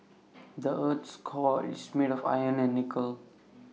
the Earth's core is made of iron and nickel